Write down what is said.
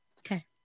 Okay